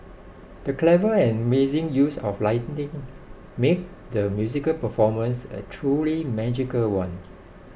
the clever and amazing use of lighting made the musical performance a truly magical one